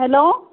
hello